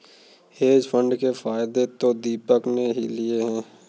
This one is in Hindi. हेज फंड के फायदे तो दीपक ने ही लिए है